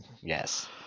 Yes